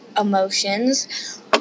emotions